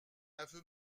aveu